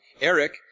Eric